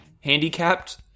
handicapped